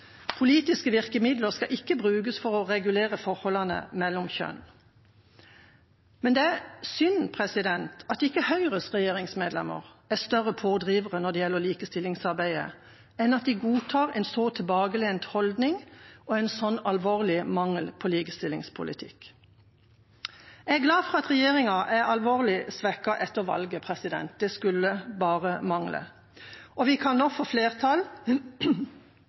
Politiske virkemidler skal ikke brukes for å regulere forholdene mellom kjønn. Men det er synd at ikke Høyres regjeringsmedlemmer er større pådrivere når det gjelder likestillingsarbeidet, enn at de godtar en så tilbakelent holdning og en slik alvorlig mangel på likestillingspolitikk. Jeg er glad for at regjeringa er alvorlig svekket etter valget – det skulle bare mangle. Vi kan nå få flertall